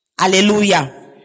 Hallelujah